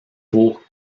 pour